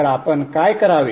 तर आपण काय करावे